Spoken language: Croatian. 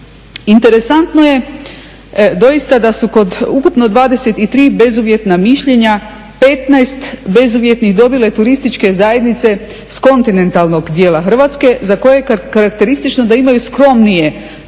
Interesantno je dosita da su kod ukupno 23 bezuvjetna mišljenja 15 bezuvjetnih dobile turističke zajednice s kontinentalnog dijela Hrvatske za koje je karakteristično da imaju skromnije proračune